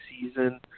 season